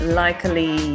likely